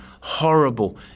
horrible